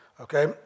Okay